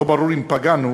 לא ברור אם פגענו,